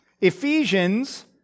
Ephesians